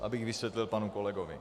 Abych vysvětlil panu kolegovi.